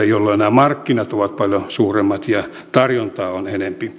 markkinat ovat paljon suuremmat ja tarjontaa on enempi ja